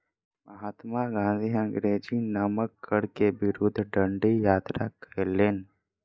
महात्मा गाँधी अंग्रेजी नमक कर के विरुद्ध डंडी यात्रा कयलैन